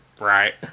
Right